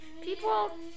people